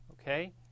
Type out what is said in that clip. okay